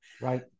Right